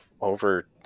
over